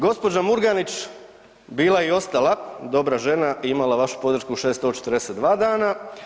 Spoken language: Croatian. Gospođa Murganić, bila i ostala dobra žena i imala vašu podršku 642 dana.